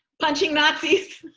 punching nazis?